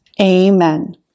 Amen